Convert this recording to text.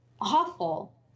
awful